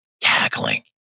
Cackling